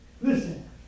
Listen